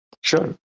sure